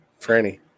Franny